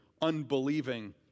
unbelieving